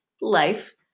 life